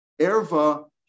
erva